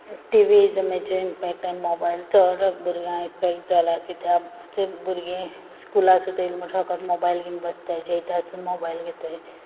T V mobile चड भुरग्यांक effect जाला कित्याक भुरगीं स्कुला सोन येल म्हुटरी फोकोत मोबायल घेवून बोसताय जेयत आसतोना मोबायल घेताय